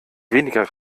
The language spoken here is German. weniger